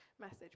message